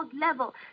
level